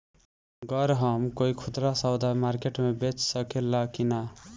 गर हम कोई खुदरा सवदा मारकेट मे बेच सखेला कि न?